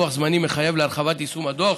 לא נקבע לוח זמנים מחייב להרחבת יישום הדוח